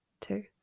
two